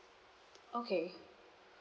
okay